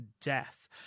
death